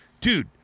Dude